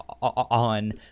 on